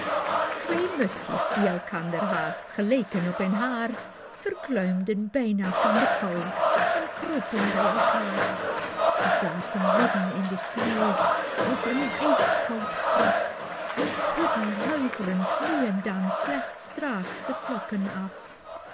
twee musschjes die elkander haast geleken op een haar verkleumden bijna van de koû en kropen bij elkaêr zij zaten midden in de sneeuw als in een ijskoud graf en schudd'en huiv'rend nu en dan slechts traag de vlokken af